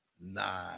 nine